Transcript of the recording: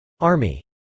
Army